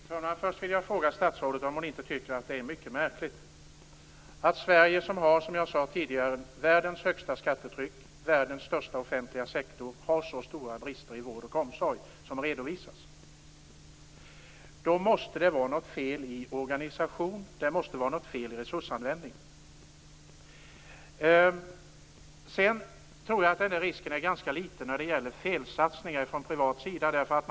Fru talman! Först vill jag fråga statsrådet om hon inte tycker att det är mycket märkligt att Sverige, som har världens högsta skattetryck och världens största offentliga sektor, som jag sade tidigare, har så stora brister i vård och omsorg som redovisas. Det måste vara något fel i organisationen och resursanvändningen. Jag tror att risken för felsatsningar från privat sida är ganska liten.